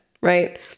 right